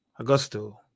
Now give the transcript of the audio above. Augusto